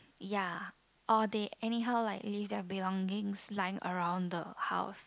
ya or they anyhow like leave their belongings lying around the house